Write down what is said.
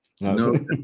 no